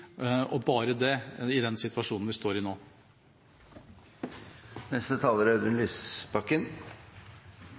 og bare det, i situasjonen vi står i